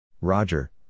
Roger